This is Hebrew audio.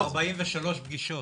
התקיימו 43 פגישות.